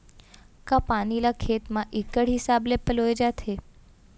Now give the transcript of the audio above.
का पानी ला खेत म इक्कड़ हिसाब से पलोय जाथे?